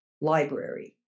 library